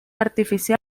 artificial